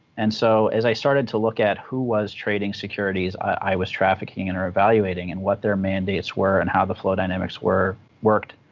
and so as i started to look at who was trading securities i was trafficking in or evaluating, and what their mandates were and how the flow dynamics worked,